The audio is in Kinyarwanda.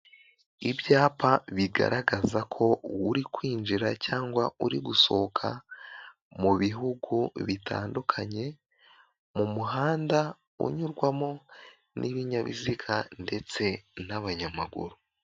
Ibyapa bigaragaza ko uri kwinjira cyangwa uri gusohoka mu bihugu bitandukanye, mu muhanda unyurwamo n'ibinyabiziga ndetse n'abanyamaguru.